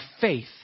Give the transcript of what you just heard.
faith